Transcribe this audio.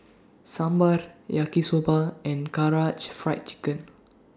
Sambar Yaki Soba and Karaage Fried Chicken